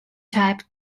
type